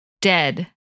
Dead